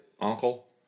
Uncle